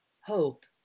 Hope